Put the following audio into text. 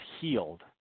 healed